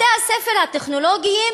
בתי-הספר הטכנולוגיים,